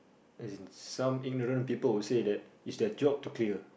as in some ignorant people will say is that it's their job to clear